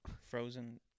Frozen